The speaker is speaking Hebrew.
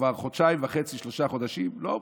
כבר חודשיים וחצי, שלושה חודשים לא האופוזיציה,